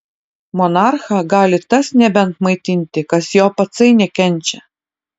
monarchą gali tas nebent maitinti kas jo patsai nekenčia